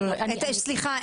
סליחה.